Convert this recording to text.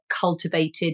cultivated